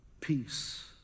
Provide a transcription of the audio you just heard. peace